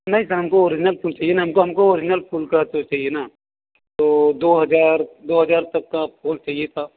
नहीं सर हमको ऑरिजनल फूल चाहिए ना हमको हमको ऑरिजनल फूल का तो चाहिए ना तो दो हज़ार दो हज़ार तक का फूल चाहिए था